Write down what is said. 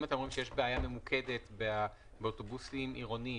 אם אתם אומרים שיש בעיה ממוקדת באוטובוסים עירוניים,